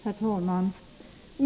Herr talman!